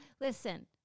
Listen